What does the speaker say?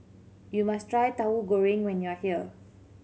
you must try Tahu Goreng when you are here